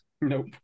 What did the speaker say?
Nope